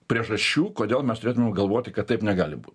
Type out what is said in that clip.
priežasčių kodėl mes turėtumėm galvoti kad taip negali būti